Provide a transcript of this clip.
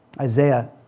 Isaiah